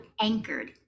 anchored